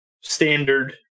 standard